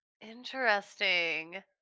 Interesting